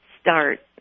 start